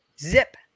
Zip